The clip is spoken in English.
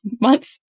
months